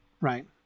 Right